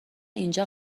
اینجا